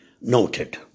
noted